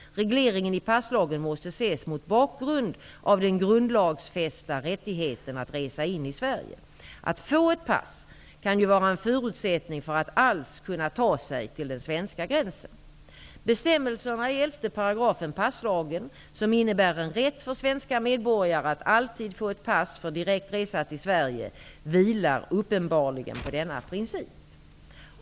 Regleringen i passlagen måste ses mot bakgrund av den grundlagsfästa rättigheten att resa in i Sverige. Att få ett pass kan ju vara en förutsättning för att alls kunna ta sig till den svenska gränsen. Bestämmelsen i 11 § passlagen, som innebär en rätt för svenska medborgare att alltid få ett pass för direkt resa till Sverige, vilar uppenbarligen på denna princip.